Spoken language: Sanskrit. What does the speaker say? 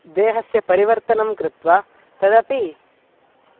देहस्य परिवर्तनं कृत्वा तदपि